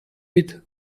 mit